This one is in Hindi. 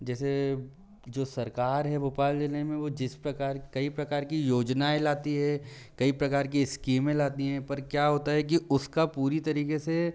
जैसे जो सरकार है भोपाल ज़िले में वो जिस प्रकार कई प्रकार की योजनाएँ लाती हे कई प्रकार की स्कीमें लाती हैं पर क्या होता है कि उसका पूरी तरीके से